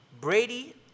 Brady